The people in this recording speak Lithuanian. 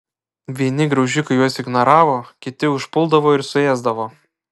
vieni graužikai juos ignoravo kiti užpuldavo ir suėsdavo